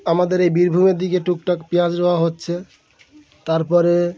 আমাদের এই বীরভূমের দিকে টুকটাক পেঁয়াজ রোয়া হচ্ছে তারপরে